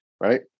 right